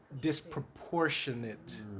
disproportionate